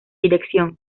dirección